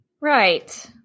Right